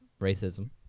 Racism